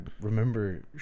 remember